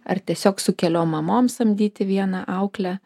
ar tiesiog su keliom mamom samdyti vieną auklę